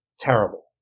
terrible